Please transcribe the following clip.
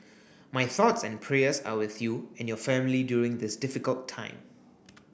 my thoughts and prayers are with you and your family during this difficult time